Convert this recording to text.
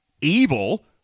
evil